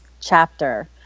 chapter